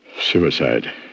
Suicide